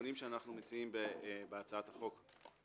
התיקונים הם בחלקם טכניים, בחלקם